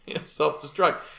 self-destruct